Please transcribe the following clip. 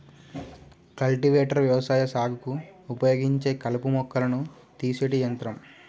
cultivator వ్యవసాయ సాగుకు ఉపయోగించే కలుపు మొక్కలను తీసేటి యంత్రం